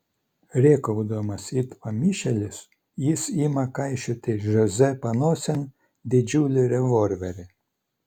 rėkaudamas it pamišėlis jis ima kaišioti žoze panosėn didžiulį revolverį